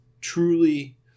truly